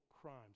crimes